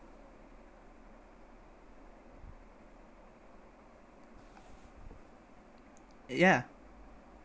ya